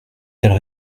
telle